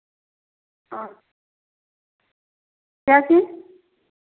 ओ क्या चीज़